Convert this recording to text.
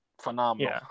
phenomenal